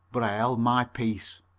but i held my peace.